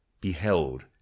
beheld